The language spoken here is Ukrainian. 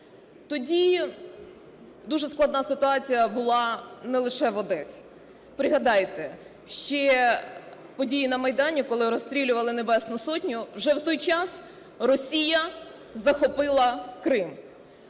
Тоді дуже складна ситуація була не лише в Одесі. Пригадайте, ще події на Майдані, коли розстрілювали Небесну Сотню, вже в той час Росія захопила Крим.